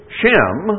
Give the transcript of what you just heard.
Shem